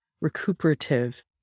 recuperative